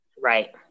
Right